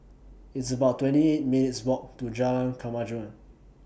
It's about twenty eight minutes' Walk to Jalan Kemajuan